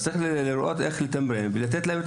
צריך לראות איך לתמרן ולתת להם.